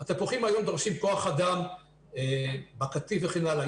התפוחים דורשים כוח-אדם בקטיף וכן הלאה.